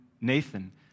Nathan